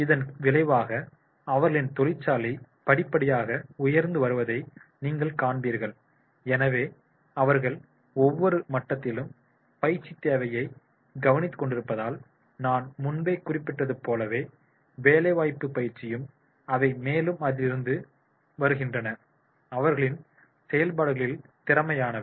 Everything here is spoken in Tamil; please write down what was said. இதன் விளைவாக அவர்களின் தொழிற்சாலை படிப்படியாக உயர்ந்து வருவதை நீங்கள் காண்பீர்கள் எனவே அவர்கள் ஒவ்வொரு மட்டத்திலும் பயிற்சித் தேவையை கவனித்துக்கொண்டிருப்பதால் நான் முன்பே குறிப்பிட்டது போலவே வேலைவாய்ப்புப் பயிற்சியும் அவை மேலும் அதிகரித்து வருகின்றன அவர்களின் செயல்பாடுகளில் திறமையானவை